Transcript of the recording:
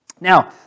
Now